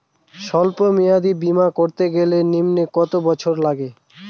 সল্প মেয়াদী বীমা করতে গেলে নিম্ন কত বছর লাগে?